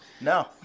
No